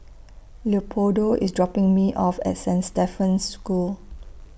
Leopoldo IS dropping Me off At Saint Stephen's School